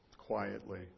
quietly